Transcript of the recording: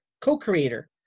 co-creator